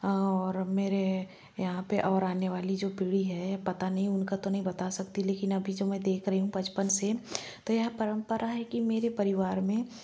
और मेरे यहाँ पर और आने वाली जो पीढ़ी है पता नहीं उनका तो नहीं बता सकती लेकिन अभी जो मैं देख रही हूँ बचपन से तो यह परम्परा है कि मेरे परिवार में